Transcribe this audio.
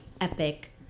epic